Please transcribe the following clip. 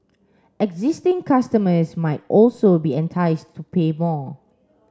existing customers might also be enticed to pay more